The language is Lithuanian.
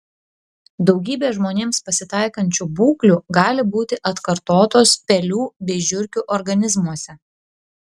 daugybė žmonėms pasitaikančių būklių gali būti atkartotos pelių bei žiurkių organizmuose